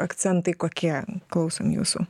akcentai kokie klausom jūsų